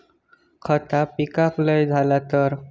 खता पिकाक लय झाला तर?